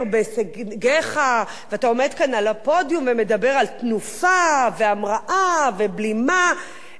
בהישגיך ואתה עומד כאן על הפודיום ומדבר על תנופה והמראה ובלימה,